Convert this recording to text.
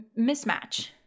mismatch